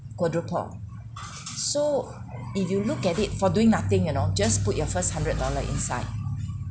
quadruple so if you look at it for doing nothing you know just put your first hundred dollar inside